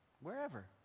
wherever